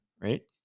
Right